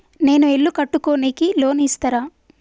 నేను ఇల్లు కట్టుకోనికి లోన్ ఇస్తరా?